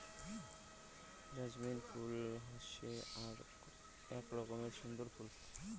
jasmine ফুল হসে আক রকমের সুন্দর ফুল